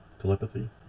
telepathy